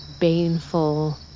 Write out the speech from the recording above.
baneful